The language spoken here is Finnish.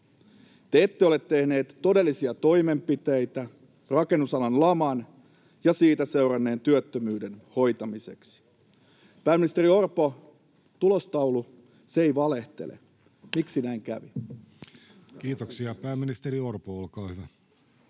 Te ette ole tehneet todellisia toimenpiteitä rakennusalan laman ja siitä seuranneen työttömyyden hoitamiseksi. Pääministeri Orpo, tulostaulu — se ei valehtele. Miksi näin kävi? Kiitoksia. — Pääministeri Orpo, olkaa hyvä.